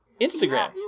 Instagram